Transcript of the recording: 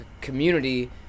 community